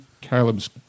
Caleb's